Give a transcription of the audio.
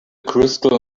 crystal